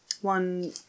one